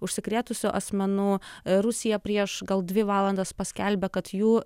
užsikrėtusių asmenų rusija prieš gal dvi valandas paskelbė kad jų